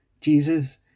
Jesus